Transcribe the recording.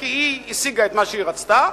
כי היא השיגה את מה שהיא רצתה.